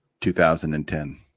2010